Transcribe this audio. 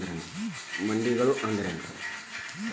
ಮಂಡಿಗಳು ಅಂದ್ರೇನು?